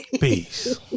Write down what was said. Peace